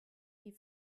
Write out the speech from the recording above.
die